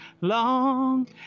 long